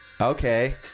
Okay